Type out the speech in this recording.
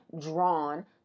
drawn